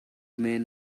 men